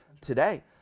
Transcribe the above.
today